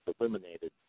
eliminated